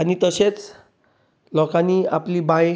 आनी तशेंच लोकांनी आपली बांय